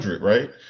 right